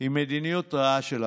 היא מדיניות רעה של הממשלה.